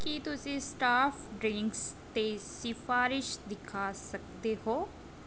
ਕੀ ਤੁਸੀਂ staff drinks 'ਤੇ ਸਿਫਾਰਸ਼ ਦਿਖਾ ਸਕਦੇ ਹੋ